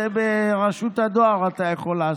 את זה ברשות הדואר אתה יכול לעשות.